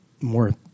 more